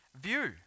view